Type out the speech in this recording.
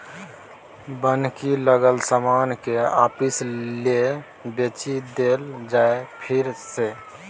बन्हकी लागल समान केँ आपिस लए बेचि देल जाइ फेर सँ